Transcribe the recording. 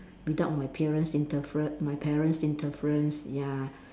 without my parents interfre~ my parents interference yeah